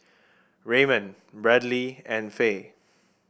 Raymond Bradly and Fay